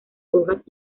hojas